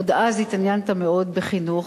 עוד אז התעניינת מאוד בחינוך.